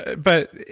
but,